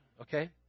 okay